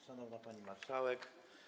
Szanowna Pani Marszałek!